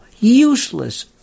useless